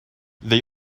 they